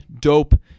dope